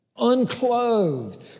Unclothed